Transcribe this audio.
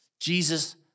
Jesus